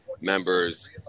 members